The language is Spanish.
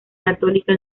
católica